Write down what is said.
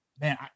man